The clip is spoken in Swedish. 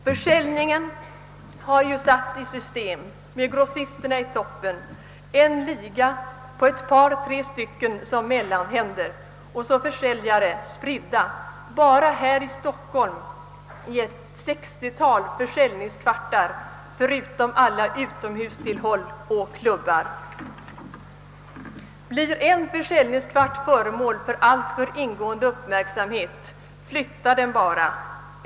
Försäljningen har satts i system med grossisterna i toppen, en liga på ett par tre personer som mellanhänder och så försäljare, spridda bara här i Stockholm i ett 60-tal försäljningskvartar förutom alla utomhustillhåll och klubbar. Blir en försäljningskvart föremål för alltför ingående uppmärksamhet flyttar den bara.